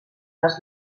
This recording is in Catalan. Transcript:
les